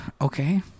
Okay